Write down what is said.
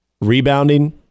rebounding